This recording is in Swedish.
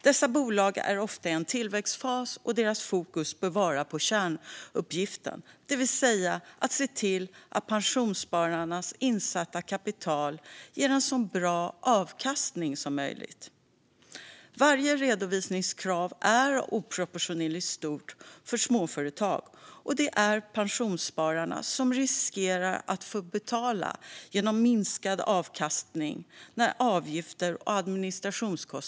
Dessa bolag är ofta i en tillväxtfas, och deras fokus bör vara på kärnuppgiften, det vill säga att se till att pensionsspararnas insatta kapital ger en så bra avkastning som möjligt. Varje redovisningskrav är oproportionerligt stort för småföretag, och det är pensionsspararna som riskerar att få betala genom minskad avkastning när avgifter och administrationskostnader ökar.